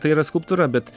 tai yra skulptūra bet